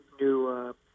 new